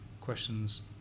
questions